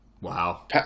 wow